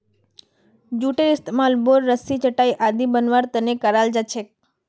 जूटेर इस्तमाल बोर, रस्सी, चटाई आदि बनव्वार त न कराल जा छेक